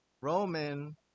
Roman